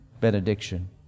benediction